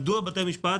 מדוע בתי המשפט